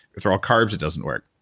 if they're all carbs it doesn't work.